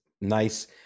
nice